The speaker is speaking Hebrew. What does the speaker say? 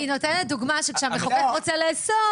היא נותנת דוגמה שכשהמחוקק רוצה לאסור